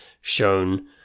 shown